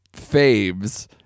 faves